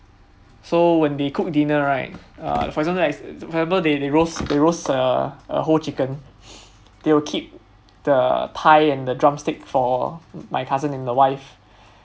so when they cooked dinner right uh for example like for example they roast they roast uh a whole chicken they will keep the thigh and the drumstick for my cousin and the wife